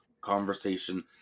conversation